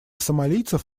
сомалийцев